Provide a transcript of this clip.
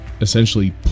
essentially